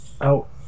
out